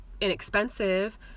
inexpensive